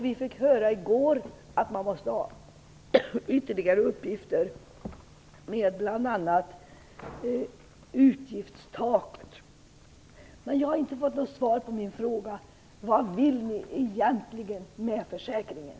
Vi fick i går höra att man måste ha ytterligare uppgifter rörande bl.a. utgiftstaket. Jag har inte fått något svar på min fråga: Vad vill ni egentligen med försäkringen?